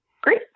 Great